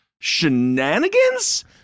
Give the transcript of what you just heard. shenanigans